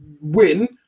win